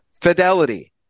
Fidelity